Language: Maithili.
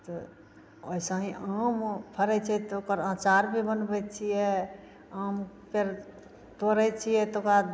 तऽ ओइसही आम फड़ैत छै तऽ ओकर अँचारभी बनबैत छियै आम के तोड़ैत छियै तऽ ओहिके बाद